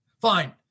Fine